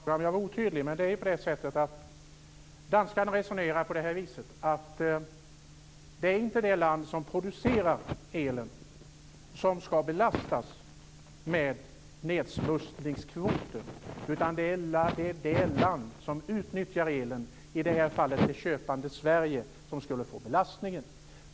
Fru talman! Jag beklagar att jag var otydlig. Danskarna resonerar att det inte är det land som har producerat elen som skall belastas med nedsmutsningskvoten, utan det är det land som utnyttjar elen - i det här fallet det köpande Sverige - som skall få belastningen.